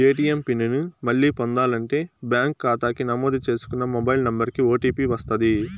ATM pin ని మళ్ళీ పొందాలంటే బ్యాంకు కాతాకి నమోదు చేసుకున్న మొబైల్ నంబరికి ఓ.టీ.పి వస్తది